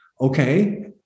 okay